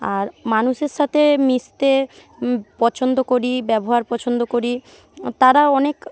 আর মানুষের সাথে মিশতে পছন্দ করি ব্যবহার পছন্দ করি তারাও অনেক